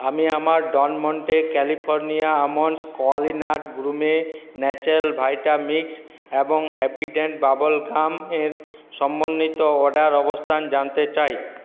আমি আমার Del Monte California almonds কোয়ালিনাট গুরমে ন্যাচেরাল ভাইটা মিক্স এবং হ্যাপিডেন্ট বাবল গামের সমন্বিত অর্ডার অবস্থান জানতে চাই